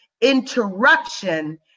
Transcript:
interruption